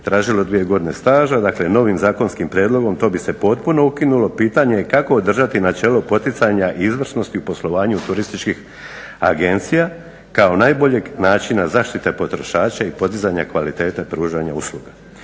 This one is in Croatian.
tražilo dvije godine staža. Dakle, novim zakonskim prijedlogom to bi se potpuno ukinulo. Pitanje je kako održati načelo poticanja izvrsnosti u poslovanju turističkih agencija kao najboljeg načina zaštite potrošača i podizanja kvalitete pružanja usluga.